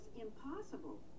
impossible